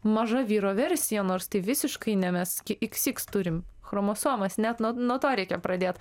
maža vyro versija nors tai visiškai ne mes iks iks turim chromosomas net nuo nuo to reikia pradėt